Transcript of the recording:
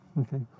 Okay